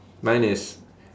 mine is